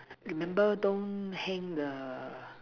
remember don't hang the